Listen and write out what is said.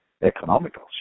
economical